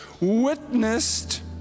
witnessed